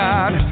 God